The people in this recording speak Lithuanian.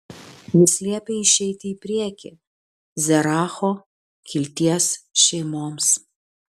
jis liepė išeiti į priekį zeracho kilties šeimoms